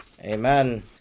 Amen